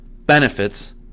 benefits